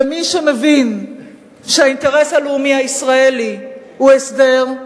מי שמבין שהאינטרס הלאומי הישראלי הוא הסדר,